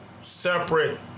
Separate